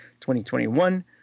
2021